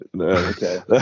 okay